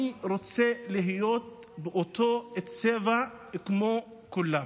אני רוצה להיות באותו צבע כמו כולם.